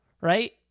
right